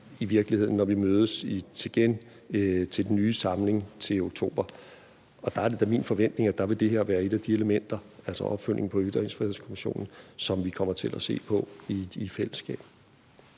i virkeligheden, når vi mødes igen til den nye samling til oktober. Og der er det så min forventning, at der vil det her være et af de elementer, altså en opfølgning på Ytringsfrihedskommissionen, som vi kommer til at se på i fællesskab.